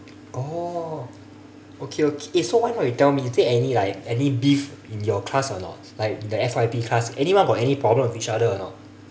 oh okay okay eh so why not you tell me is there any like any beef in your class or not like the F_Y_P class anyone got any problem with each other or not